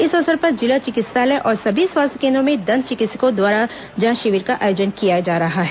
इस अवसर पर जिला चिकित्सालय और सभी स्वास्थ्य केंद्रों में दंत चिकित्सकों द्वारा जांच शिविर का आयोजन किया जा रहा है